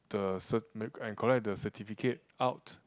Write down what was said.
the cert~ and collect the certificate out